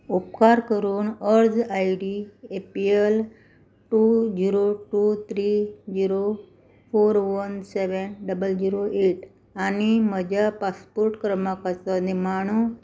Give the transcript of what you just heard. उपकार करून अर्ज I D A P L two zero two three zero four one seven double zero eight आनी म्हज्या passport क्रमांकाचो निमाणे